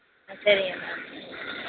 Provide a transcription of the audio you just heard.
சரிங்க